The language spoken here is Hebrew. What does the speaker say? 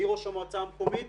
אני ראש המועצה המקומית,